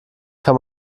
kann